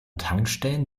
tankstellen